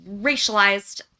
racialized